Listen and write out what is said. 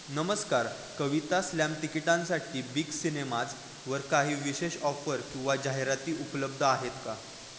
नमस्कार कविता स्लॅम तिकिटांसाठी बिग सिनेमाजवर काही विशेष ऑफर किंवा जाहिराती उपलब्ध आहेत का